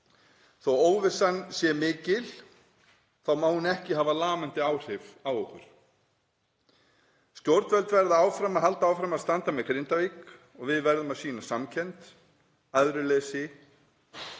að óvissan sé mikil þá má hún ekki hafa lamandi áhrif á okkur. Stjórnvöld verða að halda áfram að standa með Grindavík og við verðum að sýna samkennd og æðruleysi